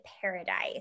paradise